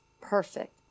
Perfect